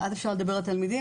ואז אפשר לדבר על תלמידים,